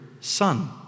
son